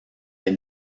est